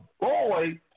boy